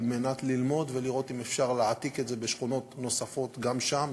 על מנת ללמוד ולראות אם אפשר להעתיק את זה בשכונות נוספות גם שם.